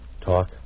Talk